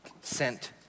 sent